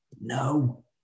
no